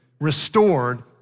restored